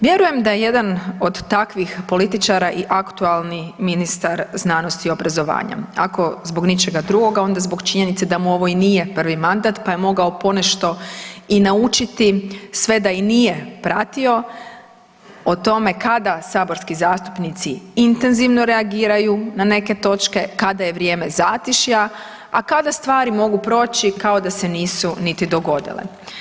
Vjerujem da je jedan od takvih političara i aktualni ministar znanosti i obrazovanja, ako zbog ničega drugoga onda zbog činjenice da mu ovo i nije prvi mandat, pa je mogao ponešto i naučiti sve i da nije pratio o tome kada saborski zastupnici intenzivno reagiraju na neke točke, kada je vrijeme zatišja a kada stvari mogu proći kao da se nisu niti dogodile.